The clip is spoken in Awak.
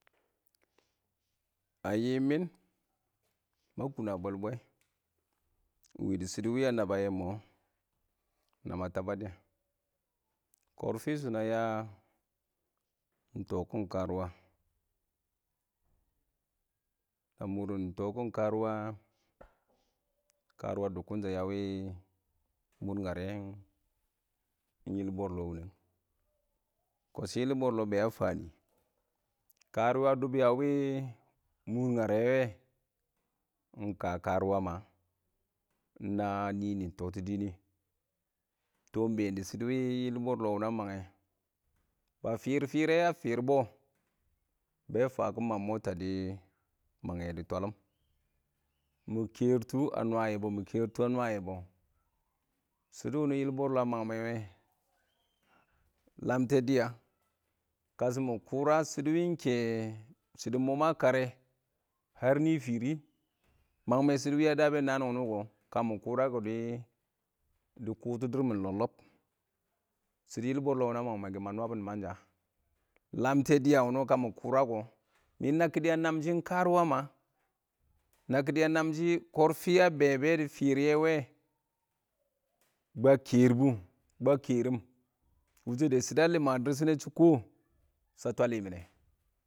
A yɪm mɪn, ma kʊn a bwɛbwɛ ɪng wɪ dɪ shɪdɔ wɪ a naba yɛ mɔ, na ma tabʊdɔ. Kɔrfɪ shʊ na ya ɪng tɔkɪn karʊwa, a mʊrɪn tɔkɪn sha karʊwa, karʊwa dʊbkɪn sha a wɪ mʊr ngarɛ, yɪl bɔrɔrɔ wunəng, kɔshɪ yɪl bɔrɔrɔ bɛ a fa nɪ, karʊwa a dʊm a wɪ mʊr ngarɛ wɛ ɪng ka karʊwa ma ɪng na nɪ nɪ tɔtɔ dɪɪn, tɔ ɪng been dɪ shɪdɔ wɪ yɪl bɔrɔrɔ wɪ nɪ a mangɛ, ba fɪrfɪre wɛ, a fɪrbɔ bɛ fakɪma ɪng mɔ taddɪ mangɛ dɪ twalɪn mɪ kɛrtʊ a nwayɛ bɔ. shɪdɔ wɪ nɪ yɪl bɔrɔrɔ a mang mɛ wɛ, lamte dɪya kashɪ mɪ kʊra shɪdɔ wɪ ɪng kɛ mɔ ma karrɛ har nɪ fɪrɪ mangme shɪdɔ wɪ ya dabbɛ naan wɪ nɪ kɔ, ka mɪ kʊra kɔ dɪ kʊtɔ dɪrr mɪn lɔb-lɔb. shɪdɔ yɪl bɔrɔrɔ wɪ nɪ a mang mɛ wɛ, ma nwabɔ nɪmangsha lamte dɪya wʊnɪ kamɪ kʊra kɔ mɪ nakkɪddɪ a nab shɪ ɪng karuwa ma, nab shɪ kɪ karɒʊma kɔrfɪ a be, be dɪ fɪrye wɛ ba kɛrbʊ, ba kɛrɪm wʊshʊ dɛ shɪdɔ a lɪmshɪn a dɪɪr shɪn nɛ sha twalyɪmɪnɛ.